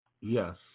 yes